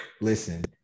Listen